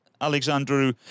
Alexandru